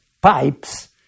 pipes